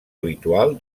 habitual